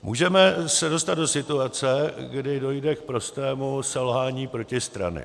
Můžeme se dostat do situace, kdy dojde k prostému selhání protistrany.